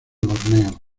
borneo